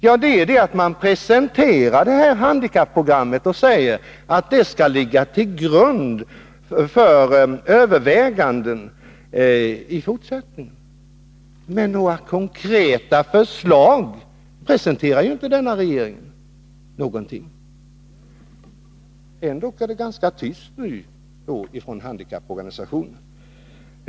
Ja, man presenterar handikapprogrammet och säger att det skall ligga till grund för överväganden i fortsättningen, men några konkreta förslag presenterar ju inte denna regering. Ändå är det ganska tyst nu från handikapporganisationerna.